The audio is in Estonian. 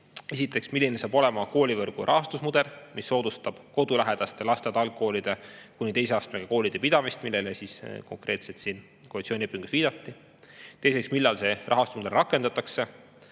Esiteks, milline saab olema koolivõrgu rahastusmudel, mis soodustab kodulähedaste lasteaed-algkoolide kuni teise astmega koolide pidamist, millele konkreetselt siin koalitsioonilepingus viidati? Teiseks, millal see rahastusmudel rakendatakse?